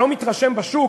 אני לא מתרשם בשוק,